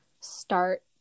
start